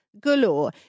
galore